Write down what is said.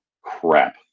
crap